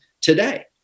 today